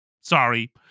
sorry